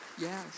Yes